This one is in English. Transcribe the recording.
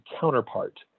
counterpart